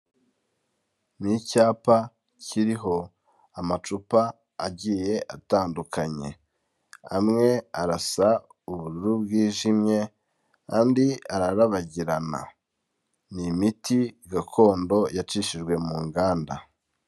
Ni icyapa kiriho amacupa agiye atandukanye, amwe arasa ubururu bwijimye andi ararabagirana, ni imiti gakondo yacishijwe mu Nganda.